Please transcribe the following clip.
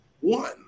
One